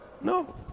No